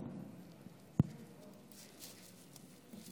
כבוד יושב-ראש הכנסת,